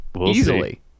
Easily